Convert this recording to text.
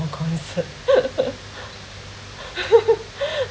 concert